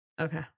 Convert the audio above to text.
okay